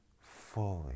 fully